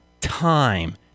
time